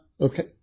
Okay